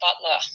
Butler